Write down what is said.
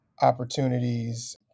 opportunities